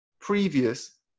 previous